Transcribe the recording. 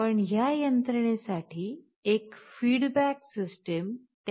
पण ह्या यंत्रणेसाठी एक फीडबैक त्या ठिकाणी पाहिजे